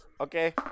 Okay